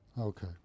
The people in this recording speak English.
Okay